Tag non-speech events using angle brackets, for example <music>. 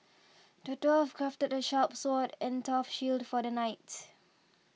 <noise> the dwarf crafted a sharp sword and a tough shield for the knight